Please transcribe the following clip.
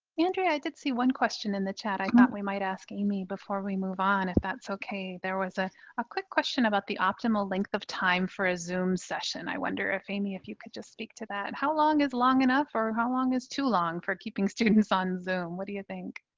andrea i did see one question in the chat i thought we might ask amy before we move on if that's okay. there was ah a quick question about the optimal length of time for a zoom session. i wonder if amy if you could just speak to that. how long is long enough or how long is too long for keeping students on zoom? what do you think?